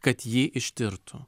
kad jį ištirtų